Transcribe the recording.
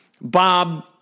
Bob